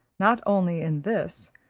not only in this,